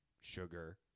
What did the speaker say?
sugar